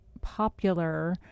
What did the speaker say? popular